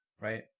right